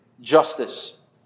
justice